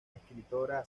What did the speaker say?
escritora